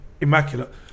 immaculate